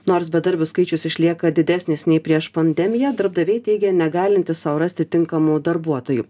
nors bedarbių skaičius išlieka didesnis nei prieš pandemiją darbdaviai teigia negalintys sau rasti tinkamų darbuotojų